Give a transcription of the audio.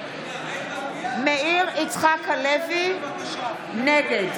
מאיר יצחק הלוי, נגד